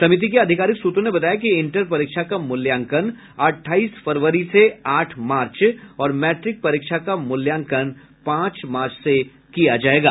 समिति के आधिकारिक सूत्रों ने बताया कि इंटर परीक्षा का मूल्यांकन अठाईस फरवरी से आठ मार्च और मैट्रिक परीक्षा का मूल्यांकन पांच मार्च से किया जायेगा